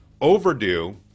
overdue